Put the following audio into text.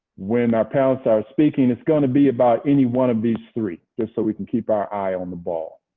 when our panelists are speaking, it's going to be about any one of these three just so we can keep our eye on the ball.